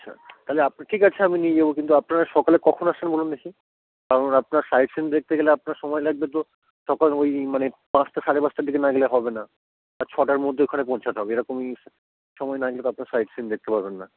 আচ্ছা তাহলে ঠিক আছে আমি নিয়ে যাবো কিন্তু আপনারা সকালে কখন আসছেন বলুন দেখি কারণ আপনার সাইট সিন দেখতে গেলে আপনার সময় লাগবে তো সকাল ওই মানে পাঁচটা সাড়ে পাঁচটার দিকে না গেলে হবে না আর ছটার মধ্যে ওখানে পৌঁছাতে হবে এরকমই সময় না নিলে তো আপনারা সাইট সিন দেখতে পাবেন না